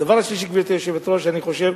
הדבר השלישי, גברתי היושבת-ראש, אני חושב: